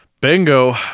Bingo